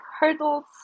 hurdles